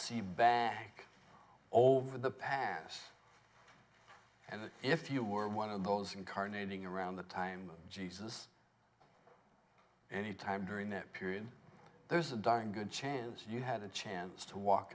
see back over the past and if you were one of those incarnating around the time jesus any time during that period there's a darn good chance you had a chance to walk